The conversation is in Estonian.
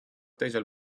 teisel